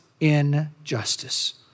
injustice